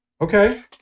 Okay